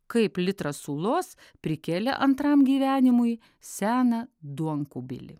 kaip litrą sulos prikėlė antram gyvenimui seną duonkubilį